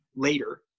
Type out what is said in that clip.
Later